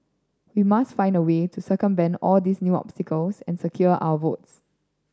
we must find a way to circumvent all these new obstacles and secure our votes